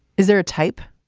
is there a type?